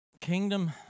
kingdom